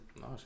no